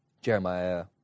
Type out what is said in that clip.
Jeremiah